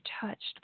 touched